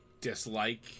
dislike